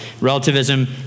Relativism